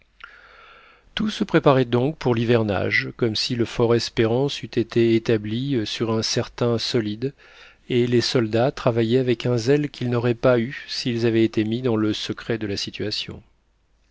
tout se préparait donc pour l'hivernage comme si le fortespérance eût été établi sur un terrain solide et les soldats travaillaient avec un zèle qu'ils n'auraient pas eu s'ils avaient été mis dans le secret de la situation